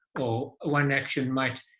or one action might